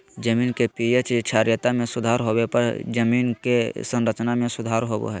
जमीन के पी.एच क्षारीयता में सुधार होबो हइ जमीन के संरचना में सुधार होबो हइ